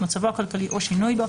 מצבו הכלכלי או שינוי בו,